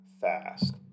fast